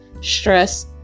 stress